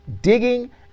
digging